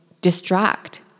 distract